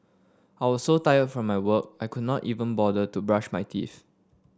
I was so tired from my work I could not even bother to brush my teeth